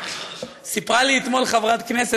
סיפרה לי אתמול חברת כנסת,